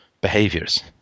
behaviors